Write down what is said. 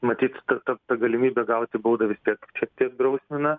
matyt ta ta galimybė gauti baudą vis tiek čia tiek drausmina